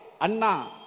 Anna